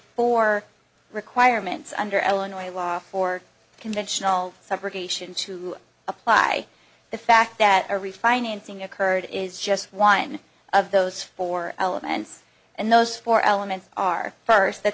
four requirements under illinois law for conventional subrogation to apply the fact that a refinancing occurred is just one of those four elements and those four elements are first that